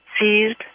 seized